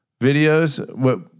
videos